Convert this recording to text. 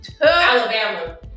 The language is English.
Alabama